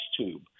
tube